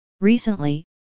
Recently